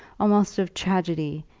almost of tragedy,